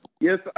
Yes